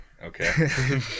Okay